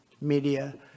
media